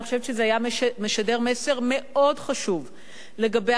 אני חושבת שזה היה משדר מסר מאוד חשוב לגבי